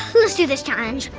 let's do this challenge.